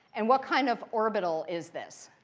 and what kind of orbital is this?